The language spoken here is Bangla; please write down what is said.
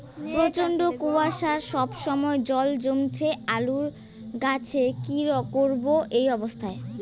প্রচন্ড কুয়াশা সবসময় জল জমছে আলুর গাছে কি করব এই অবস্থায়?